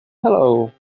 hello